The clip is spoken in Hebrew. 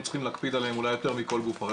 צריכים להקפיד עליהם אולי יותר מכל גוף אחד.